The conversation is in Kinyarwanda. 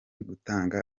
gutanga